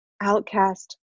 outcast